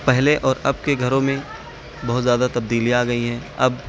پہلے اور اب کے گھروں میں بہت زیادہ تبدیلیاں آ گئی ہیں اب